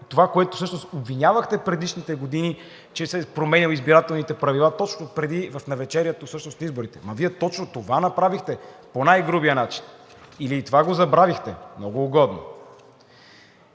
това, в което всъщност обвинявахте предишните години, че са се променяли избирателните правила точно преди, в навечерието всъщност на изборите. Ама Вие точно това направихте по най-грубия начин. Или и това го забравихте? Много угодно!